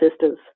sisters